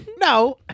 No